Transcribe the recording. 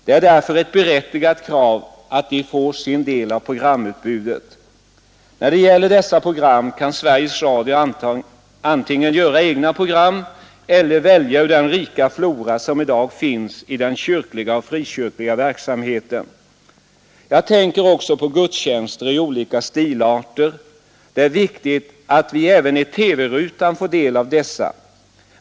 Det är därför ett berättigat krav att de får sin del av programutbudet. När det gäller dessa program kan Sveriges Radio antingen göra egna program eller välja ur den rika flora som i dag finns i den kyrkliga och frikyrkliga verksamheten. Jag tänker också på gudstjänster i olika stilarter. Det är viktigt att vi även i TV-rutan får del av dessa.